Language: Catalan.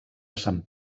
sant